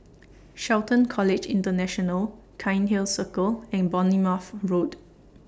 Shelton College International Cairnhill Circle and Bournemouth Road